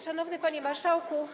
Szanowny Panie Marszałku!